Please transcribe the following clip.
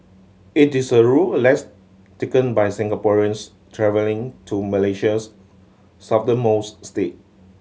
it is a route less taken by Singaporeans travelling to Malaysia's southernmost state